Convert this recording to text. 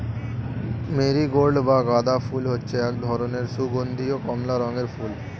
marigold বা গাঁদা ফুল হচ্ছে এক ধরনের সুগন্ধীয় কমলা রঙের ফুল